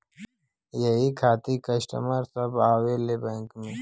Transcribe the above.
यही खातिन कस्टमर सब आवा ले बैंक मे?